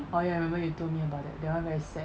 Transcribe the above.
oh ya I remember you told me about that that one very sad